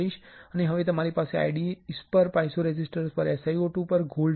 હવે તમારી પાસે IDEs પર પાઇઝોરેઝિસ્ટર પર SiO2 પર ગોલ્ડ છે